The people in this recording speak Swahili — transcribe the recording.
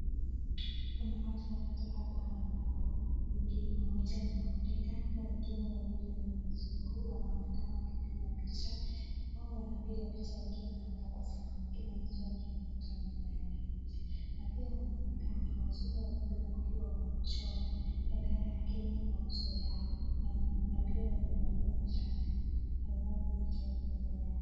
Kuna watu watatu hapa ambao, mmoja ni mwafrika na wengine wawili ni wazungu, wanaonekana wakipiga picha, wao wanapiga picha wakiwa wanatabasamu, kila mtu akiwa anatoa meno yake nje, na pia inaonekana wazungu wawili wakiwa wanachora bendera ya Kenya kwa uso yao, na pia wamevalia mashati ambayo imechorwa bendera.